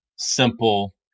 simple